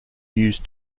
used